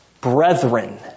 Brethren